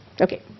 Okay